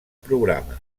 programa